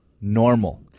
normal